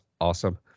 awesome